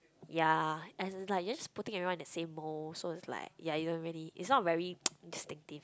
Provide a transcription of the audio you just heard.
ya as in like you just putting everyone in the same mold so it's like ya you know really it's not very distinctive